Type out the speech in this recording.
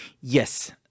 Yes